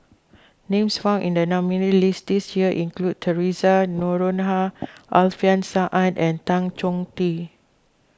names found in the nominees' list this year include theresa Noronha Alfian Sa'At and Tan Chong Tee